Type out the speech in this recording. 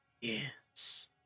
Yes